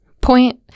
point